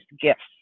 gifts